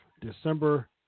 December